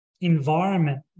environment